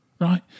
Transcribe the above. right